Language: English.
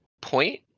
point